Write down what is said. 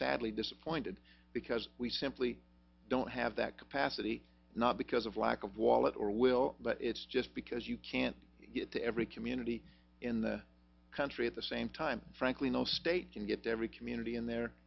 sadly disappointed because we simply don't have that capacity not because of lack of wallet or will but it's just because you can't get to every community in the country at the same time frankly no state can get every community in the